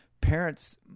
parents